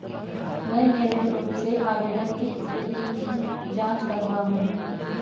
मैं नियमित रूप से आवेदन की स्थिति की जाँच कर रहा हूँ